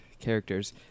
characters